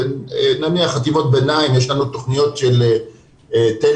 נניח חטיבות ביניים יש לנו תכניות של תל"ם